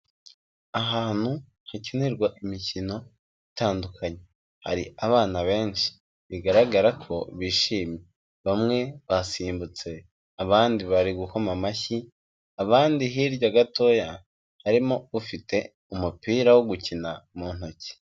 Ahantu hakinirwa imikino itandukanye hari abana benshi bigaragara ko bishimye, bamwe basimbutse abandi bari gukoma amashyi, abandi hirya gatoya harimo ufite umupira wo gukina mu ntoki.